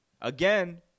again